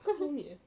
kau vomit eh